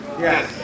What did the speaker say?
Yes